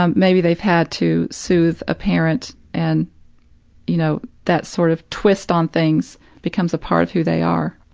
um maybe they've had to soothe a parent and you know, that sort of twist on things becomes a part of who they are.